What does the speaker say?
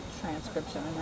transcription